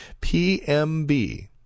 PMB